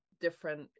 different